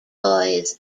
boys